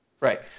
Right